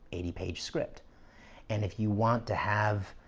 eighty page script and if you want to have